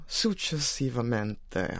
successivamente